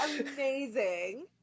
Amazing